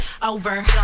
Over